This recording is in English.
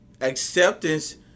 acceptance